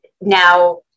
now